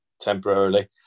temporarily